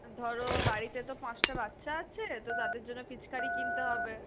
ধরো বাড়িতে তো পাঁচটা বাচ্চা আছে তো তাদের জন্য পিচকারি কিনতে হবে